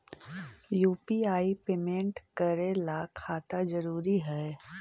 UPI payment करे ला खाता जरूरी है?